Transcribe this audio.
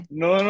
no